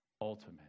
ultimate